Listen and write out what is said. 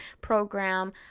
program